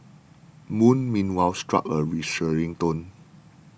moon meanwhile struck a reassuring tone